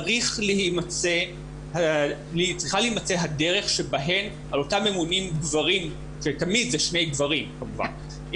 צריכה להימצא הדרך שעל אותם ממונים גברים שתמיד זה שני גברים כמובן,